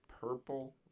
purple